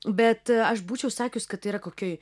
bet aš būčiau sakius kad tai yra kokioj